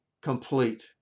complete